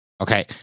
Okay